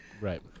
Right